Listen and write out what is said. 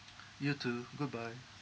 you too goodbye